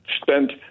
spent